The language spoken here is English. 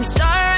Star